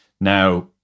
Now